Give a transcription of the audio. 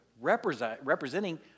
representing